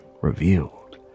revealed